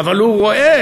אבל הוא רואה,